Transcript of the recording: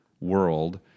world